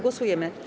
Głosujemy.